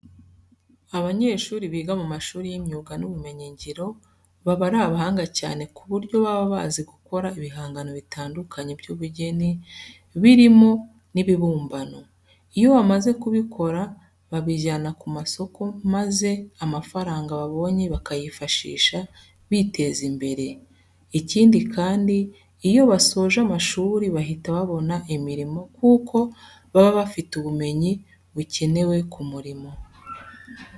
Abanyeshuri biga mu mashuri y'imyuga n'ubumenyingiro baba ari abahanga cyane ku buryo baba bazi gukora ibihangano bitandukanye by'ubugeni birimo n'ibibumbano. Iyo bamaze kubikora babijyana ku masoko maza amafaranga babonye bakayifashisha biteza imbere. Ikindi kandi, iyo basoje amashuri bahita babona imirimo kuko baba bafite ubumenyi bukenewe ku murimo.